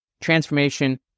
transformation